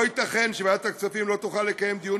לא ייתכן שוועדת הכספים לא תוכל לקיים דיון